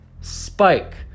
spike